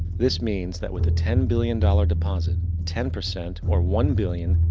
this means that with a ten billion dollar deposit, ten percent, or one billion,